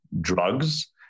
drugs